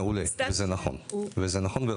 מעולה וזה נכון וראוי,